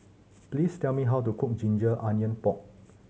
please tell me how to cook ginger onion pork